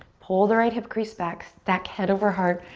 pull the right hip crease back. stack head over heart,